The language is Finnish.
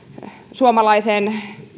suomalaisen